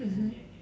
mmhmm